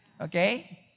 Okay